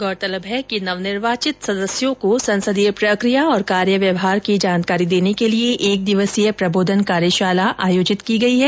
गौरतलब है कि नवनिर्वाचित सदस्यों को संसदीय प्रक्रिया और कार्य व्यवहार की जानकारी देने के लिए एक दिवसीय प्रबोधन कार्यशाला आयोजित की गयी है